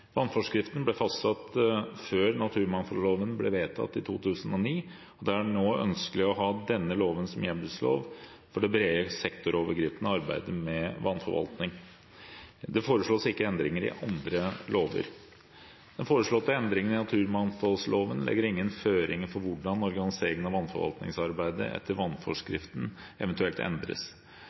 Vannforskriften ble fastsatt før naturmangfoldloven ble vedtatt i 2009, og det er nå ønskelig å ha denne loven som hjemmelslov for det brede, sektorovergripende arbeidet med vannforvaltning. Det foreslås ikke endringer i andre lover. Den foreslåtte endringen i naturmangfoldloven legger ingen føringer for hvordan organiseringen av vannforvaltningsarbeidet etter vannforskriften eventuelt endres.